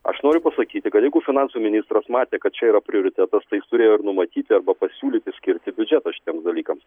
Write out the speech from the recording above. aš noriu pasakyti kad jeigu finansų ministras matė kad čia yra prioritetas tai jis turėjo ir numatyti arba pasiūlyti skirti biudžetą šitiems dalykams